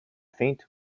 faint